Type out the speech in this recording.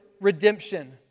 redemption